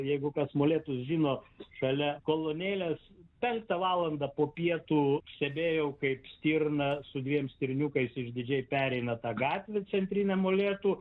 jeigu kas molėtus žino šalia kolonėlės penktą valandą po pietų stebėjau kaip stirna su dviem stirniukais išdidžiai pereina tą gatvę centrinę molėtų